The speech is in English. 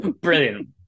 Brilliant